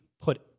put